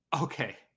okay